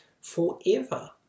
forever